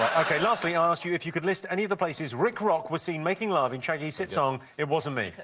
ok, lastly, i asked if you could list any of the places rick rock was seen making love in shaggy's hit song it wasn't me?